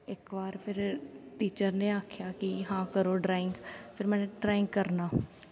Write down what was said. इक बार फिर टीचर ने आखेआ कि हां करो ड्राईंग फिर में ड्राईंग करना